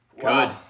Good